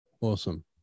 awesome